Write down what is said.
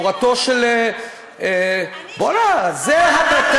הורתו של, אני שמעתי אותך, בואו הנה, זו הדתה.